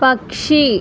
పక్షి